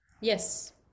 Yes